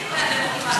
היהודית והדמוקרטית.